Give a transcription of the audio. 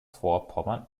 vorpommern